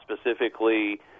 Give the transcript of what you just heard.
specifically